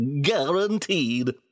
Guaranteed